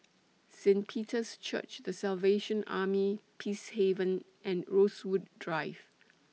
Saint Peter's Church The Salvation Army Peacehaven and Rosewood Drive